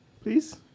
Please